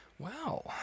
Wow